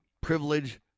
privilege